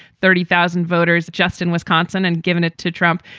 thirty thousand voters just in wisconsin and given it to trump.